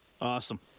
awesome